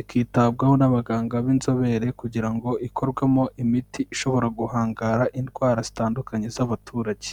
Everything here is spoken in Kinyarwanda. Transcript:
ikitabwaho n'abaganga b'inzobere kugira ngo ikorwemo imiti ishobora guhangara indwara zitandukanye z'abaturage.